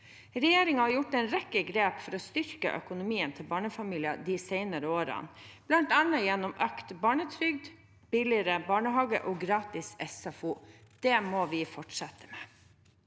Regjeringen har gjort en rekke grep for å styrke økonomien til barnefamilier de senere årene, bl.a. gjennom økt barnetrygd, billigere barnehage og gratis SFO. Det må vi fortsette med.